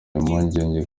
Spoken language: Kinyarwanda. impungenge